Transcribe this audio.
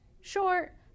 Short